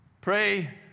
Pray